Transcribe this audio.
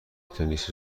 تنیس